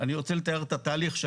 אני רוצה לתאר את התהליך,